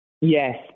Yes